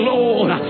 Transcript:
Lord